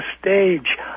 stage